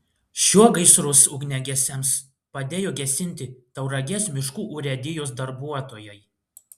šiuo gaisrus ugniagesiams padėjo gesinti tauragės miškų urėdijos darbuotojai